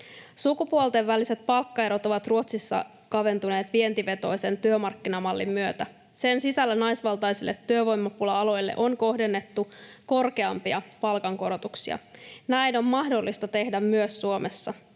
Sukupuolten väliset palkkaerot ovat Ruotsissa kaventuneet vientivetoisen työmarkkinamallin myötä. Sen sisällä naisvaltaisille työvoimapula-aloille on kohdennettu korkeampia palkankorotuksia. Näin on mahdollista tehdä myös Suomessa.